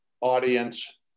audience